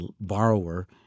borrower